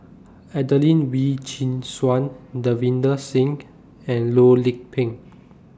Adelene Wee Chin Suan Davinder Singh and Loh Lik Peng